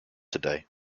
today